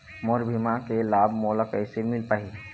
मोर बीमा के लाभ मोला कैसे मिल पाही?